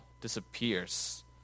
disappears